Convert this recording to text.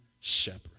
shepherd